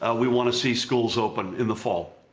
ah we want to see schools open in the fall.